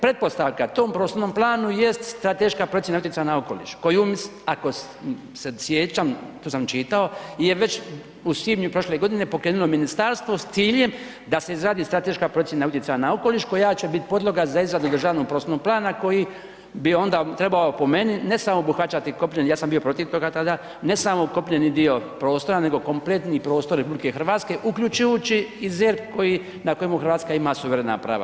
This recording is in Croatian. Pretpostavka tom prostornom plana jest strateška procjena utjecaja na okoliš kojom ako se sjećam, to sam čitao, je već u svibnju prošle godine pokrenulo ministarstvo s ciljem da se izradi strateška procjena utjecaja na okoliš koja će biti podloga za izradu državnog prostornog plana koji bi onda trebao po meni ne samo obuhvaćati kopneni, ja sam bio protiv toga tada, ne samo kopneni dio prostora nego kompletni prostor RH uključujući i ZERP na kojemu Hrvatska ima suverena prava.